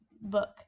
book